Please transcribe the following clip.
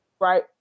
right